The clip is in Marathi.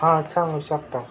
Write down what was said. हा सांगू शकता